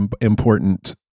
important